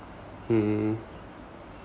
hmm